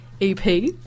EP